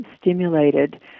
stimulated